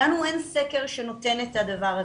לנו אין סקר שנותן את הדבר הזה.